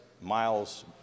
miles